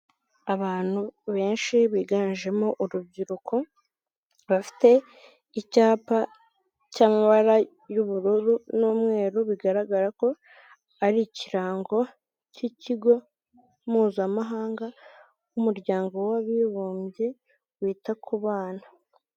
Abantu benshi biganjemo urubyiruko bafite icyapa cy'amabara y'ubururu n'umweru bigaragara ko ari ikirango cy'ikigo mpuzamahanga cy'umuryango w'abibumbye wita ku bana.